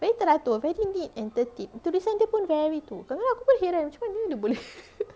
very teratur very neat and tertib tulisan dia pun very tu kadang-kadang aku pun hairan macam mana dia boleh